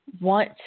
want